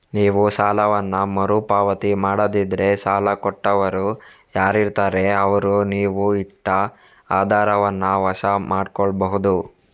ನೀವು ಸಾಲವನ್ನ ಮರು ಪಾವತಿ ಮಾಡದಿದ್ರೆ ಸಾಲ ಕೊಟ್ಟವರು ಯಾರಿರ್ತಾರೆ ಅವ್ರು ನೀವು ಇಟ್ಟ ಆಧಾರವನ್ನ ವಶ ಮಾಡ್ಕೋಬಹುದು